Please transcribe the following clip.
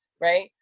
right